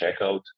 checkout